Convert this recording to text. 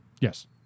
Yes